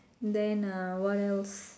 then uh what else